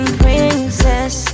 princess